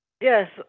Yes